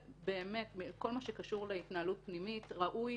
כל מה שקשור להתנהלות פנימית ראוי